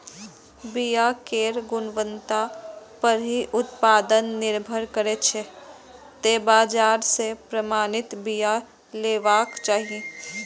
बिया केर गुणवत्ता पर ही उत्पादन निर्भर करै छै, तें बाजार सं प्रमाणित बिया लेबाक चाही